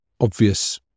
obvious